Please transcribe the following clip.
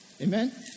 Amen